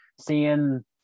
seeing